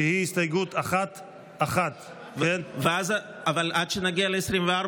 שהיא הסתייגות 1. עד שנגיע ל-24,